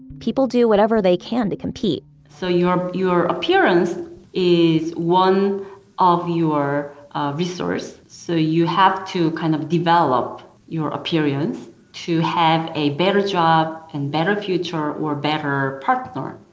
people do whatever they can to compete so your your appearance is one of your ah resources. so you have to kind of develop your appearance to have a better job, and better future, or better partner.